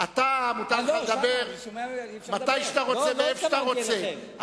לקריאה שנייה ולקריאה שלישית.